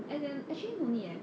and and actually only leh